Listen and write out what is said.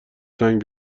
سنگ